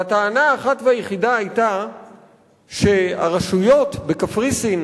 והטענה האחת והיחידה היתה שהרשויות בקפריסין